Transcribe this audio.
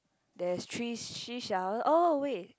there's three seashell oh wait